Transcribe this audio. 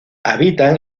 habitan